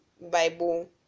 Bible